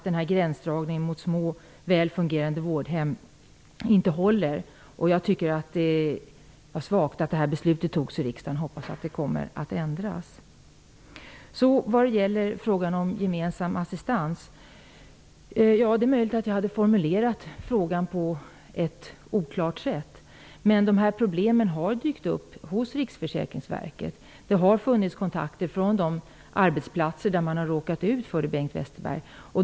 Den här gränsdragningen mot ''små väl fungerande vårdhem'' håller inte. Jag tycker att det var svagt att det här beslutet fattades i riksdagen. Jag hoppas att det kommer att ändras. Det är möjligt att jag hade formulerat frågan om gemensam assistans på ett oklart sätt. Men de här problemen har dykt upp hos Riksförsäkringsverket. Det har tagits kontakter från de arbetsplatser där man har råkat ut för det, Bengt Westerberg.